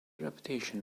reputation